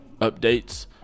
updates